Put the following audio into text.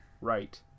right